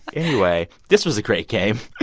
anyway, this was a great game.